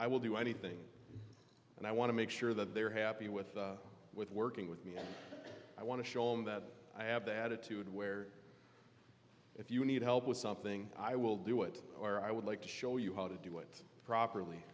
i will do anything and i want to make sure that they're happy with with working with me and i want to show them that i have the attitude where if you need help with something i will do it or i would like to show you how to do it properly